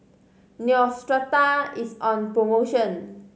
Neostrata is on promotion